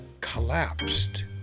collapsed